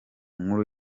nkuru